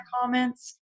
comments